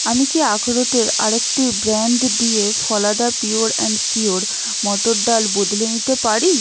আমি কি আখরোটের আরেকটি ব্র্যান্ড দিয়ে ফলাদা পিওর অ্যান্ড শিওর মটর ডাল বদলে নিতে পারি